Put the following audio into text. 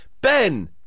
Ben